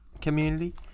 community